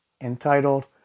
entitled